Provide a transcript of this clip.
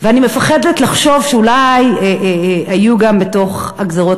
ואני מפחדת לחשוב שאולי היו גם בתוך הגזירות